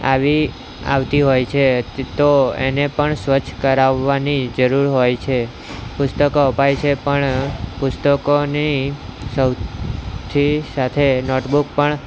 આવી આવતી હોય છે તો એને પણ સ્વચ્છ કરાવવાની જરૂર હોય છે પુસ્તકો અપાય છે પણ પુસ્તકોની સૌથી સાથે નોટ બુક પણ